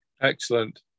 Excellent